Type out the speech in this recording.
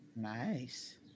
Nice